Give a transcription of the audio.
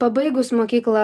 pabaigus mokyklą